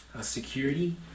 security